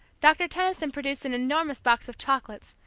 doctor tenison produced an enormous box of chocolates,